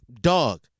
dog